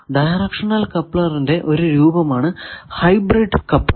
directional കപ്ലറിന്റെ ഒരു രൂപമാണ് ഹൈബ്രിഡ് കപ്ലർ